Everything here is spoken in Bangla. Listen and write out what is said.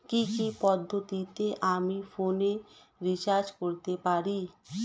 কি কি পদ্ধতিতে আমি ফোনে রিচার্জ করতে পারি?